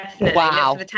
wow